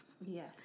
Yes